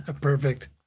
Perfect